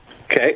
Okay